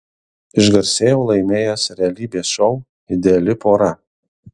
išgarsėjau laimėjęs realybės šou ideali pora